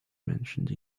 mentioned